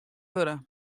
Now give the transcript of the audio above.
wurde